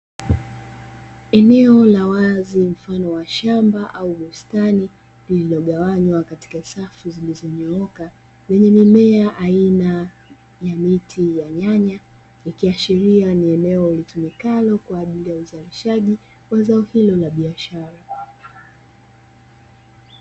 Eneo la wazi mfano wa shamba au bustani lililogawanywa katika safu zilizonyooka lenye mimea aina ya miti ya nyanya, ikiashiria ni eneo litumikalo kwa ajili ya uzalishaji wa zao hilo la biashara.